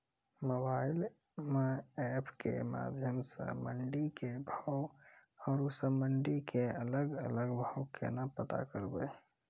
Mobile म app के माध्यम सऽ मंडी के भाव औरो सब मंडी के अलग अलग भाव केना पता करबै?